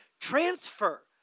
transfer